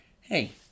hey